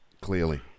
Clearly